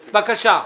בבקשה.